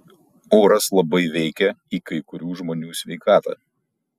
oras labai veikia į kai kurių žmonių sveikatą